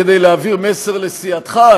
כדי להעביר מסר לסיעתך,